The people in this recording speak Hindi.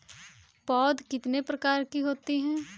पौध कितने प्रकार की होती हैं?